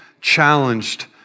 challenged